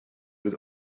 with